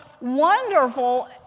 wonderful